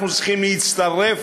אנחנו צריכים להצטרף